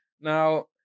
now